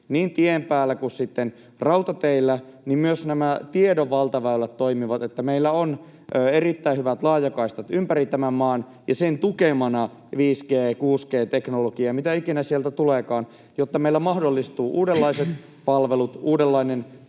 niin tien päällä kuin sitten rautateillä, myös se, että nämä tiedon valtaväylät toimivat ja meillä on erittäin hyvät laajakaistat ympäri tämän maan ja sen tukemana 5G‑, 6G-teknologia, mitä ikinä sieltä tuleekaan, jotta meillä mahdollistuvat uudenlaiset palvelut, uudenlainen